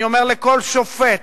אני אומר לכל שופט